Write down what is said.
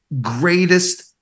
Greatest